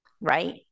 Right